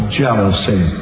jealousy